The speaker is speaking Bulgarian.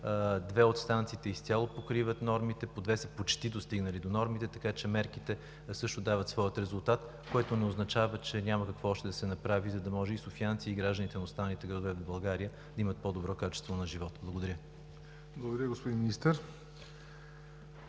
две от станциите изцяло покриват нормите, две почти са достигнали до нормите, така че мерките също дават своя резултат, което не означава, че няма какво още да се направи, за да може и софиянци, и гражданите на останалите градове в България да имат по-добро качество на живот. Благодаря. ПРЕДСЕДАТЕЛ ЯВОР